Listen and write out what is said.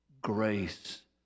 grace